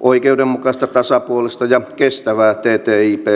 oikeudenmukaista tasapuolista ja kestävää ttip sopimusta